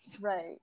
Right